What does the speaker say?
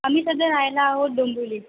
आम्ही सध्या राहायला आहोत डोंबिवली